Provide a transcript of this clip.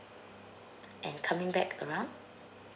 and coming back around